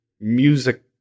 music